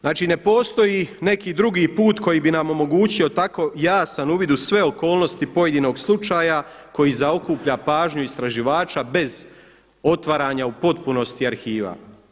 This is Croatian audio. Znači ne postoji neki drugi put koji bi nam omogućio tako jasan uvid u sve okolnosti pojedinog slučaja koji zaokuplja pažnju istraživača bez otvaranja u potpunosti arhiva.